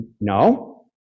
No